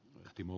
timo